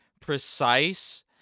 precise